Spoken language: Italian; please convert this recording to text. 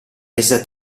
resa